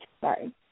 Sorry